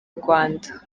rwanda